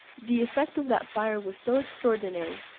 the effect of that fire was so extraordinary,